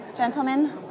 gentlemen